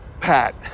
Pat